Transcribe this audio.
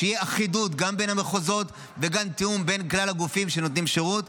שתהיה גם אחידות בין המחוזות וגם תיאום בין כלל הגופים שנותנים שירות.